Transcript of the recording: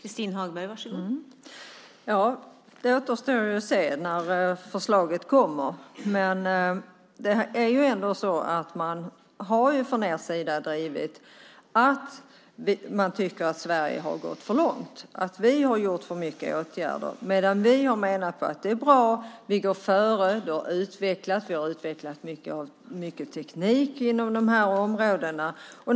Fru talman! Det återstår att se när förslaget kommer. Men det är ändå så att man från er sida har tyckt att Sverige har gått för långt, att vi har vidtagit för många åtgärder, medan Socialdemokraterna menar att det är bra att vi går före och utvecklas. Vi har utvecklat mycket teknik inom dessa områden.